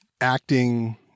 acting